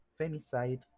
femicide